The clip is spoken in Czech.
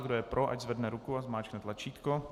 Kdo je pro, ať zvedne ruku a zmáčkne tlačítko.